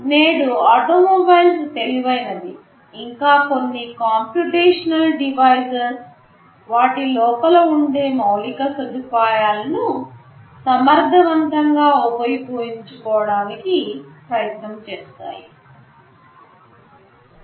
నేడు ఆటోమొబైల్స్ తెలివైనవి ఇంకా కొన్ని కంప్యుటేషనల్ డివైసెస్ వాటి లోపల ఉండే మౌలిక సదుపాయాలను సమర్ధవంతంగా ఉపయోగించుకోవడానికి ప్రయత్నం చేస్తాయి